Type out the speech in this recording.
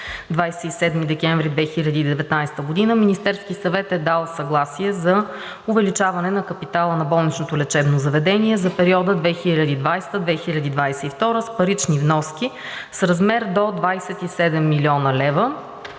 27 декември 2019 г., Министерският съвет е дал съгласие за увеличаване на капитала на болничното лечебно заведение за периода 2020 г. – 2022 г. с парични вноски с размер до 27 млн. лв.,